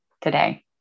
today